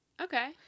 Okay